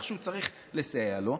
איכשהו צריך לסייע לו.